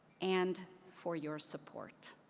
and for your support.